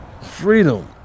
Freedom